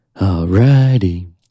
Alrighty